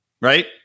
right